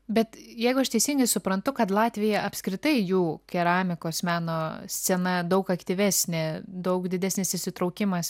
bet jeigu aš teisingai suprantu kad latvija apskritai jų keramikos meno scena daug aktyvesnė daug didesnis įsitraukimas